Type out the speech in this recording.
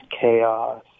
chaos